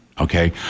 okay